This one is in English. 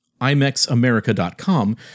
IMEXAmerica.com